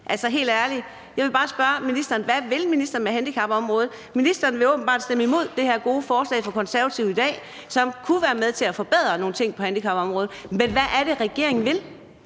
vil helt ærligt bare spørge ministeren, hvad ministeren vil med handicapområdet. Ministeren vil i dag åbenbart stemme imod det her gode forslag fra Konservative, som kunne være med til at forbedre nogle ting på handicapområdet, men hvad er det, regeringen vil?